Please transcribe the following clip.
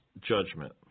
judgment